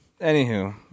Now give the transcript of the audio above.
Anywho